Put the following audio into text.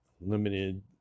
Limited